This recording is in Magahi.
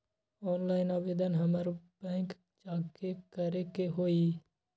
ऑनलाइन आवेदन हमरा बैंक जाके करे के होई?